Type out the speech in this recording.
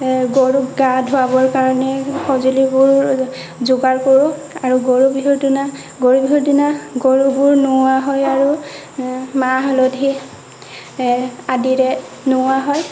গৰুক গা ধুৱাবৰ কাৰণে সঁজুলিবোৰ যোগাৰ কৰোঁ আৰু গৰু বিহুৰ দিনা গৰু বিহুৰ দিনা গৰুবোৰ নোওৱা হয় আৰু মাহ হালধি আদিৰে নোওৱা হয়